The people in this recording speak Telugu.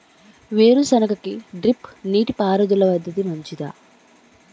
వేరుసెనగ కి డ్రిప్ నీటిపారుదల పద్ధతి మంచిదా?